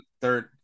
third